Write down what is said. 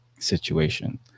situation